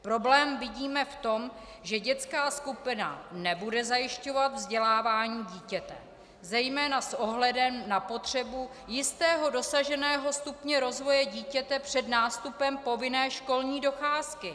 Problém vidíme v tom, že dětská skupina nebude zajišťovat vzdělávání dítěte zejména s ohledem na potřebu jistého dosaženého stupně rozvoje dítěte před nástupem povinné školní docházky.